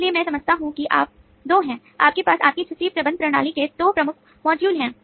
इसलिए मैं समझता हूं कि आप 2 हैं आपके पास आपकी छुट्टी प्रबंधन प्रणाली के 2 प्रमुख मॉड्यूल हैं